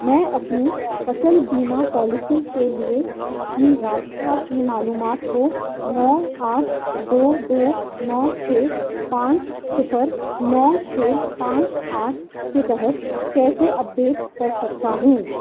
میں اپنی فصل بیما پالیسی کے لیے اپنی رابطہ کی معلومات کو نو آٹھ دودو نو چھ پانچ صفر نو چھ پانچ آٹھ کے تحت کیسے اپ ڈیٹ کر سکتا ہوں